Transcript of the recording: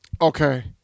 okay